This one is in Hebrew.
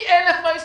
עם משרד המשפטים.